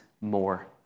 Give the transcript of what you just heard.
more